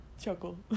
chuckle